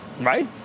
right